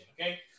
okay